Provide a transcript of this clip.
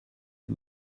had